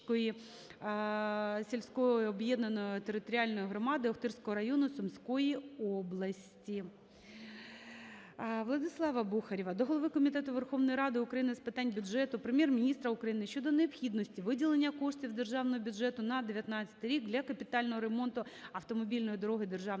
сільської об'єднаної територіальної громади Охтирського району Сумської області. Владислава Бухарєва до голови Комітету Верховної Ради України з питань бюджету, Прем'єр-міністра України щодо необхідності виділення коштів з Державного бюджету на 2019 рік для капітального ремонту автомобільної дороги державного